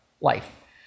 life